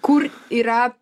kur yra